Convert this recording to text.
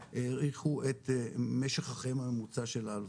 האריכו את משך החיים הממוצע של ההלוואה.